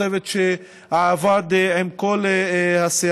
הצוות שעבד עם כל הסיעה.